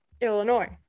Illinois